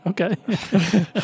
Okay